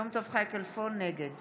נגד